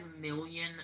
million